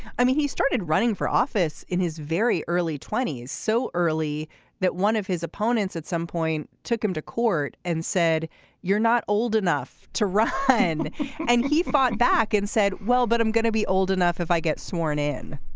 i mean he started running for office in his very early twenty s so early that one of his opponents at some point took him to court and said you're not old enough to run ah and and he fought back and said well but i'm going to be old enough if i get sworn in.